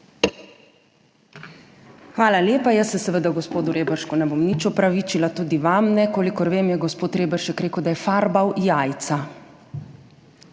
Hvala lepa. Jaz se seveda gospodu Reberšku ne bom nič opravičila, tudi vam ne. Kolikor vem, je gospod Reberšek rekel, da je farbal jajca.